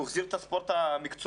הוא החזיר את הספורט המקצועני.